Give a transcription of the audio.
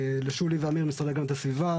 לשולי ואמיר מהמשרד להגנת הסביבה,